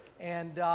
and,